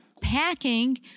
packing